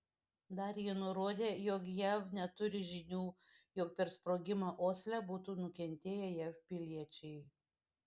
dar ji nurodė jog jav neturi žinių jog per sprogimą osle būtų nukentėję jav piliečiai